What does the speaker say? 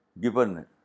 given